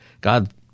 God